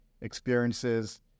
experiences